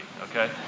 okay